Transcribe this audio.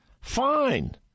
fine